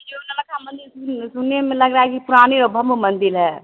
जो नवलखा मंदिर हमने पुराने वह मंदिर है